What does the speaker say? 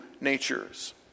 natures